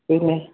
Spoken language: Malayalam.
പിന്നെ